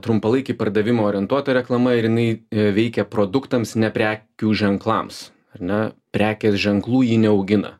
trumpalaikį pardavimą orientuota reklama ir jinai veikia produktams ne prekių ženklams ar ne prekės ženklų ji neaugina